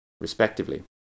respectively